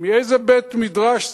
מאיזה בית-מדרש זה?